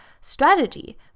strategy